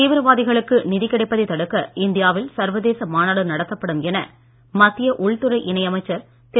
தீவிரவாதிகளுக்கு நிதி கிடைப்பதை தடுக்க இந்தியாவில் சர்வதேச மாநாடு நடத்தப்படும் என மத்திய உள்துறை இணை அமைச்சர் திரு